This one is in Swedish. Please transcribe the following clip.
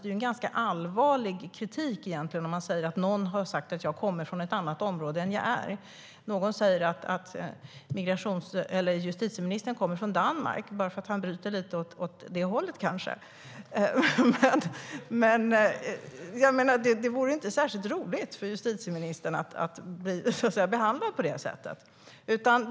Det är en ganska allvarlig kritik om en person säger: Någon har sagt att jag kommer från ett annat område än jag kommer från. Om någon skulle säga att justitieministern kommer från Danmark bara för att han kanske bryter lite åt det hållet vore det inte särskilt roligt för honom att bli behandlad på det sättet.